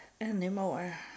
anymore